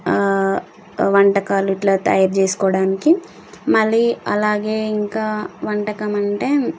వంటకాలు ఇట్లా తయారు చేసుకోవడానికి మళ్ళీ అలాగే ఇంకా వంటకం అంటే